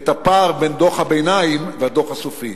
את הפער בין דוח הביניים והדוח הסופי,